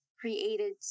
created